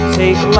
take